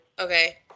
Okay